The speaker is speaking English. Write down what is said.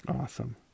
Awesome